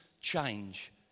change